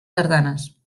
tardanes